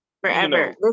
Forever